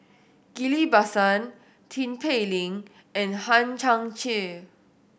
Ghillie Basan Tin Pei Ling and Hang Chang Chieh